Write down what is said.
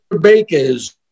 Baker's